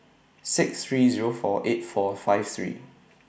six three Zero four eight four five three